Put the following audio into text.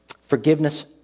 Forgiveness